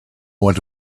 went